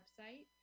website